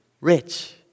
rich